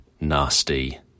nasty